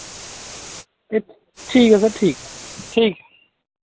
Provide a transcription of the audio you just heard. ते ठीक ऐ सर ठीक